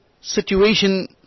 situation